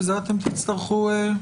וזה אתם תצטרכו לעשות.